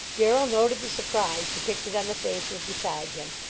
darrell noted the surprise depicted on the faces beside him,